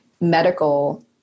medical